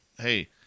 hey